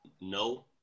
No